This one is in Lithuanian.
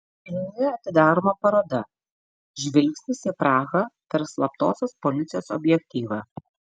vilniuje atidaroma paroda žvilgsnis į prahą per slaptosios policijos objektyvą